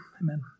Amen